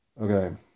Okay